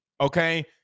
okay